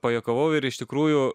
pajuokavau ir iš tikrųjų